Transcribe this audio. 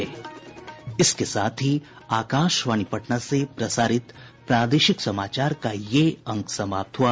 इसके साथ ही आकाशवाणी पटना से प्रसारित प्रादेशिक समाचार का ये अंक समाप्त हुआ